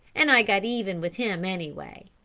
and i got even with him anyway.